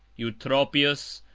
eutropius,